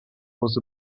was